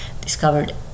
discovered